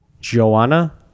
Joanna